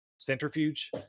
centrifuge